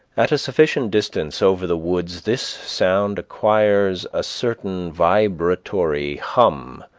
at a sufficient distance over the woods this sound acquires a certain vibratory hum,